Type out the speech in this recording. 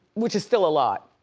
which is still a lot.